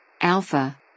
Alpha